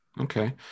okay